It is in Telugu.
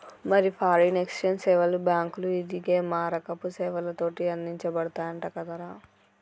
మరి ఫారిన్ ఎక్సేంజ్ సేవలు బాంకులు, ఇదిగే మారకపు సేవలతోటి అందించబడతయంట కదరా